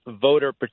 voter